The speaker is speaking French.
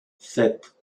sept